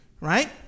right